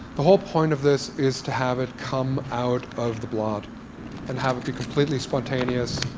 the whole point of this is to have it come out of the blot and have it be completely spontaneous.